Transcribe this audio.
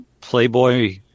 playboy